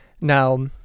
Now